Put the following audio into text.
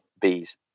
bees